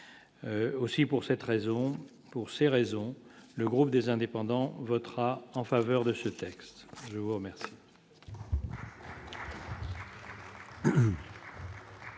raison, pour ces raisons, le groupe des Indépendants votera en faveur de ce texte, je vous remercie.